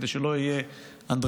כדי שלא תהיה אנדרלמוסיה.